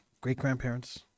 great-grandparents